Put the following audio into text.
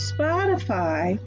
Spotify